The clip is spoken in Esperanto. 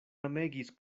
amegis